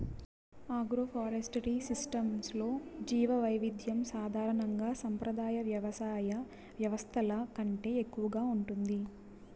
agroforestry సిస్టమ్స్లో జీవవైవిధ్యం సాధారణంగా సంప్రదాయ వ్యవసాయ వ్యవస్థల కంటే ఎక్కువగా ఉంటుంది